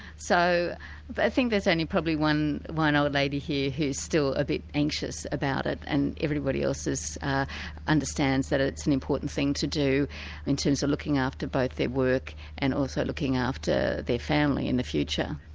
so i think there's only probably one one old lady here who's still a bit anxious about it and everybody else understands that it's an important thing to do in terms of looking after both their work and also looking after their family in the future.